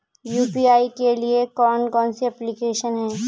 UPI के लिए कौन कौन सी एप्लिकेशन हैं?